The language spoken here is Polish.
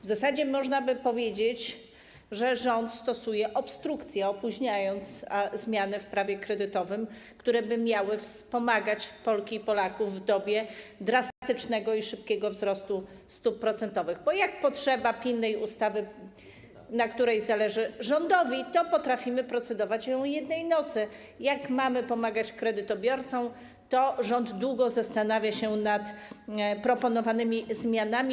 W zasadzie można by powiedzieć, że rząd stosuje obstrukcję, opóźniając zmiany w prawie kredytowym, które by miały wspomagać Polki i Polaków w dobie drastycznego i szybkiego wzrostu stóp procentowych, bo jak potrzeba pilnej ustawy, na której zależy rządowi, to potrafimy procedować nad nią jednej nocy, a jak mamy pomagać kredytobiorcom, to rząd długo zastanawia się nad proponowanymi zmianami.